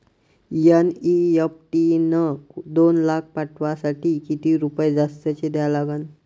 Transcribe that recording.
NEFT न दोन लाख पाठवासाठी किती रुपये जास्तचे द्या लागन?